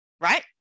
right